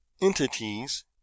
entities